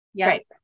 Right